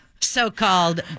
so-called